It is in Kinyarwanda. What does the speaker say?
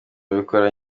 abikora